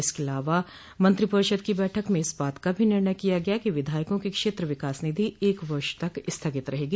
इसके अलावा मंत्रिपरिषद की बैठक में इस बात का भी निर्णय किया गया कि विधायकों की क्षेत्र विकास निधि एक वर्ष तक स्थगित रहेगी